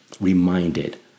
reminded